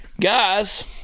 Guys